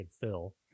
fill